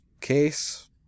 case